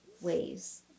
ways